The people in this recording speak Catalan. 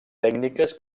tècniques